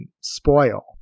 spoil